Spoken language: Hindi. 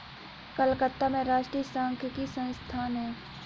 कलकत्ता में राष्ट्रीय सांख्यिकी संस्थान है